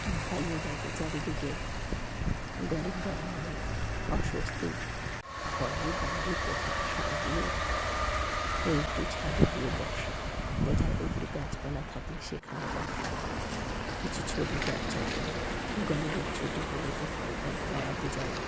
ভালোই লাগে চারিদিকে গরমকাল মানে অস্বস্তি ঘরে বাইরে কোথাও শান্তি নেই ওই একটু ছাদে গিয়ে বসা কোথাও একটু গাছপালা থাকলে সেখানে বসা কিছু ছবি ক্যাপচার করা গরমের ছুটি পেলে কোথাও বেড়াতে যাওয়া